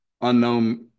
unknown